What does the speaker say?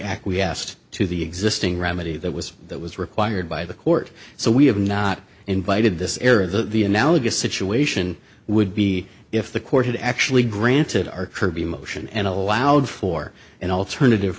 acquiesced to the existing remedy that was that was required by the court so we have not invited this area the analogous situation would be if the court had actually granted our kerby motion and allowed for an alternative